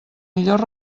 millor